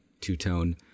two-tone